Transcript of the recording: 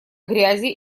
грязи